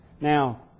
Now